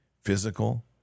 physical